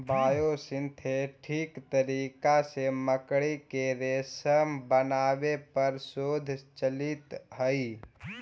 biosynthetic तरीका से मकड़ी के रेशम बनावे पर शोध चलित हई